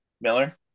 Miller